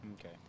Okay